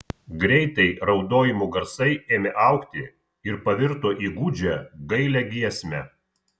greitai raudojimų garsai ėmė augti ir pavirto į gūdžią gailią giesmę